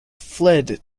fled